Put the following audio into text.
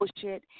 bullshit